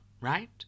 right